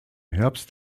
herbst